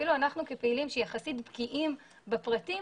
אפילו אנחנו כפעילים שיחסית בקיאים בפרטים,